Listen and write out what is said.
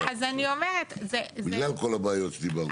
עכשיו בגלל כל הבעיות שדיברנו עליהן כאן.